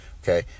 Okay